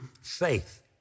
faith